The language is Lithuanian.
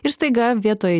ir staiga vietoj